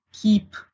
keep